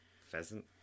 Pheasant